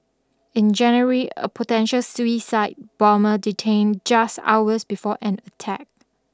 in January a potential suicide bomber detained just hours before an attack